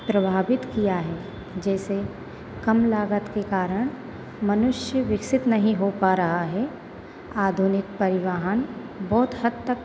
प्रभावित किया है जैसे कम लागत के कारण मनुष्य विकसित नहीं हो पा रहा है आधुनिक परिवाहन बहुत हद तक